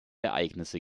ereignisse